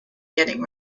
getting